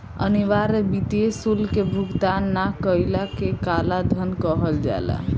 अनिवार्य वित्तीय शुल्क के भुगतान ना कईला के कालाधान कहल जाला